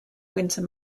winter